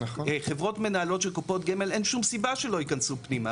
חברות מנהלות של קופות גמל אין שום סיבה שלא ייכנסו פנימה.